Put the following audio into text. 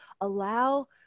allow